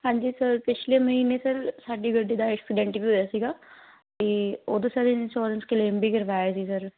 ਹਾਂਜੀ ਸਰ ਪਿਛਲੇ ਮਹੀਨੇ ਸਰ ਸਾਡੀ ਗੱਡੀ ਦਾ ਐਕਸੀਡੈਂਟ ਵੀ ਹੋਇਆ ਸੀਗਾ ਅਤੇ ਉਦੋਂ ਸਰ ਇੰਸ਼ੋਰੈਂਸ ਕਲੇਮ ਵੀ ਕਰਵਾਇਆ ਸੀ ਸਰ